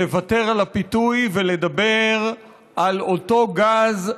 לוותר על הפיתוי ולדבר על אותו גז,